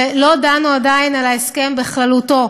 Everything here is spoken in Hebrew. ולא דנו עדיין על ההסכם בכללותו.